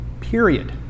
period